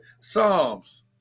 Psalms